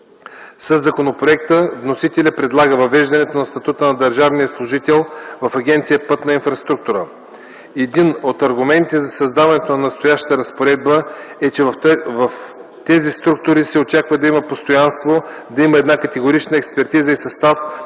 Със законопроекта вносителят предлага въвеждането на статута на държавния служител в Агенция „Пътна инфраструктура”. Един от аргументите за създаването на настоящата разпоредба е, че в тези структури се очаква да има постоянство, да има една категорична експертиза и състав,